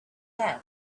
can